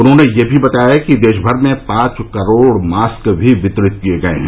उन्होंने यह भी बताया कि देश भर में पांच करोड़ मास्क भी वितरित किये गए हैं